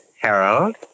Harold